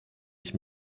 ich